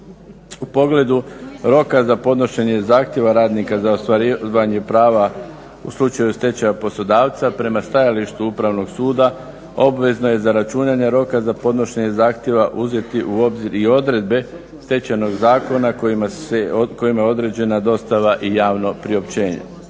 U pogledu roka za podnošenje zahtjeva radnika za ostvarivanje prava u slučaju stečaja poslodavca prema stajalištu Upravnog suda obvezno je za računanje roka za podnošenje zahtjeva uzeti u obzir i odredbe Stečajnog zakona kojima je određena dostava i javno priopćenje.